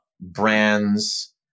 brands